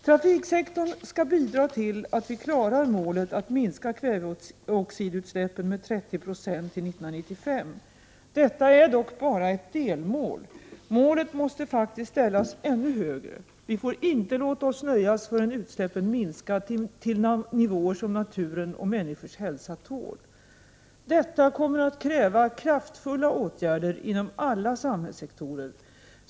Trafiksektorn skall bidra till att vi klarar målet att minska kväveoxidutsläppen med 30 9 till 1995. Detta är dock bara ett delmål. Målet måste faktiskt ställas ännu högre — vi får inte låta oss nöja förrän utsläppen minskat till nivåer som naturen och människors hälsa tål. Detta kommer att kräva kraftfulla åtgärder inom alla samhällssektorer.